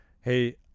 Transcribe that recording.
hey